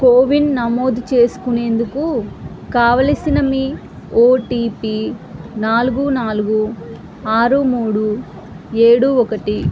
CoWIN నమోదు చేసుకునేందుకు కావలసిన మీ ఓటిపి నాలుగు నాలుగు ఆరు మూడు ఏడు ఒకటి